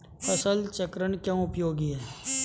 फसल चक्रण क्यों उपयोगी है?